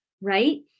right